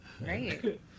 right